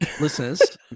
listeners